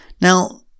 Now